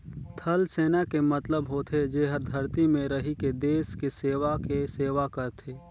थलसेना के मतलब होथे जेहर धरती में रहिके देस के सेवा के सेवा करथे